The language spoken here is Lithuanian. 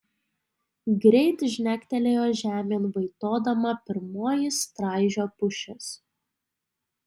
greit žnegtelėjo žemėn vaitodama pirmoji straižio pušis